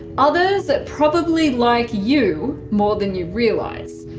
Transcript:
others probably like you more than you realise.